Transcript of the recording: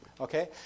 Okay